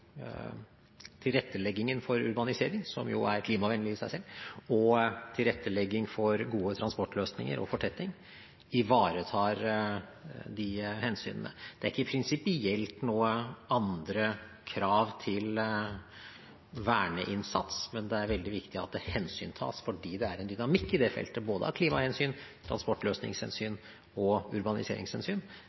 tilretteleggingen for urbanisering, som jo er klimavennlig i seg selv, og i tilretteleggingen for gode transportløsninger og fortetting ivaretar de hensynene. Det er ikke prinsipielt noen andre krav til verneinnsats, men det er veldig viktig at det hensyntas, fordi det er en dynamikk på det feltet. Både av klimahensyn, transportløsningshensyn og urbaniseringshensyn